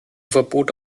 verbot